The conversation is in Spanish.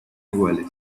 iguales